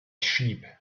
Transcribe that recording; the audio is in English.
sheep